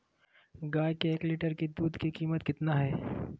गाय के एक लीटर दूध का कीमत कितना है?